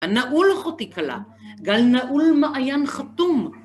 גן נעול אחתי כלה גל נעול מעין חתום